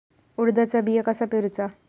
उडदाचा बिया कसा पेरूचा?